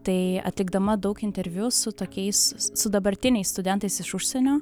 tai atlikdama daug interviu su tokiais su dabartiniais studentais iš užsienio